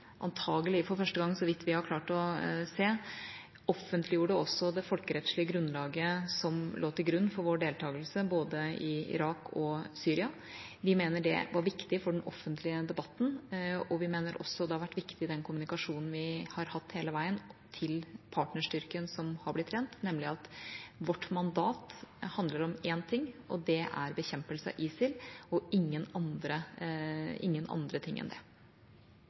antakelig for første gang, så vidt vi har klart å se – offentliggjorde det folkerettslige grunnlaget som lå til grunn for vår deltakelse både i Irak og i Syria. Vi mener det var viktig for den offentlige debatten og har vært viktig i kommunikasjonen vi har hatt hele veien til partnerstyrken som har blitt trent, nemlig at vårt mandat handler om én ting: bekjempelse av ISIL, og ingen andre ting enn det.